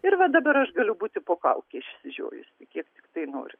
ir va dabar aš galiu būti po kauke išsižiojusi kiek tiktai noriu